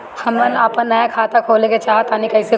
हम आपन नया खाता खोले के चाह तानि कइसे खुलि?